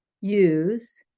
use